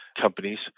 companies